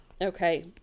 okay